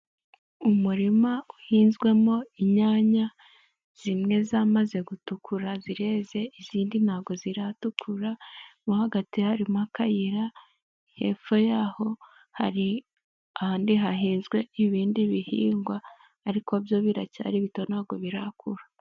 Umurima uhinzwemo inyanya zimwe zamaze gutukura zireze izindi ntago ziratukura mo hagati harimo akayira hepfo yaho hari ahandi hahinzwe ibindi bihingwa ariko byo biracyari bito ntabwo birakura.